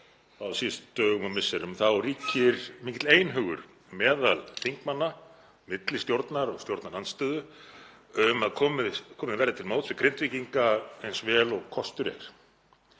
á síðustu dögum og misserum þá ríkir mikill einhugur meðal þingmanna, milli stjórnar og stjórnarandstöðu, um að komið verði til móts við Grindvíkinga eins vel og kostur er.